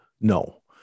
no